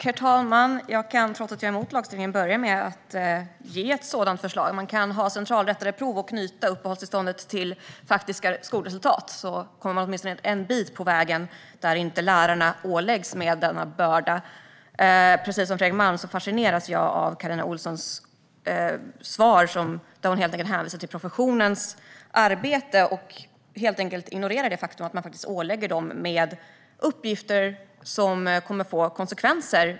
Herr talman! Trots att jag är emot lagstiftningen kan jag börja med att lämna ett sådant förslag. Man kan ha centralrättade prov och knyta uppehållstillståndet till faktiska skolresultat. Då kommer man åtminstone en bit på väg där lärarna inte åläggs denna börda. Precis som Fredrik Malm fascineras jag av Carina Ohlssons svar där hon helt enkelt hänvisar till professionens arbete och ignorerar det faktum att man ålägger dem uppgifter som kommer att få konsekvenser.